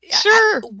sure